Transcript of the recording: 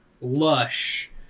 lush